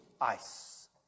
ice